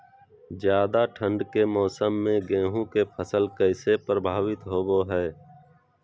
ज्यादा ठंड के मौसम में गेहूं के फसल कैसे प्रभावित होबो हय?